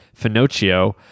Finocchio